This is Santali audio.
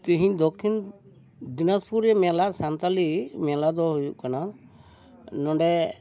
ᱛᱤᱦᱤᱧ ᱫᱚᱠᱠᱷᱤᱱ ᱫᱤᱱᱟᱡᱽᱯᱩᱨ ᱨᱮ ᱢᱮᱞᱟ ᱥᱟᱱᱛᱟᱞᱤ ᱢᱮᱞᱟ ᱫᱚ ᱦᱩᱭᱩᱜ ᱠᱟᱱᱟ ᱱᱚᱸᱰᱮ